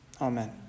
Amen